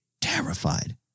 terrified